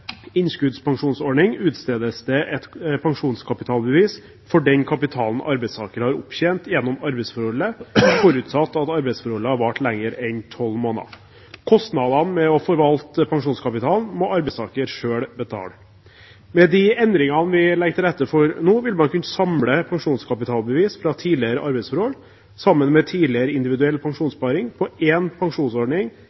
innskuddspensjonsordning, utstedes det et pensjonskapitalbevis for den kapitalen arbeidstaker har opptjent gjennom arbeidsforholdet, forutsatt at arbeidsforholdet har vart lenger enn tolv måneder. Kostnadene med å forvalte pensjonskapitalen må arbeidstaker selv betale. Med de endringene vi legger til rette for nå, vil man kunne samle pensjonskapitalbevis fra tidligere arbeidsforhold og tidligere individuell